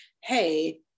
Hey